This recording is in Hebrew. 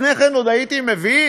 לפני כן עוד הייתי מבין,